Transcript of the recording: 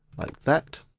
like that.